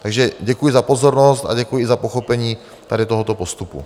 Takže děkuji za pozornost a děkuji i za pochopení tohoto postupu.